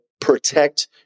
Protect